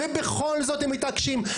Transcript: ובכל זאת הם מתעקשים.